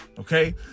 Okay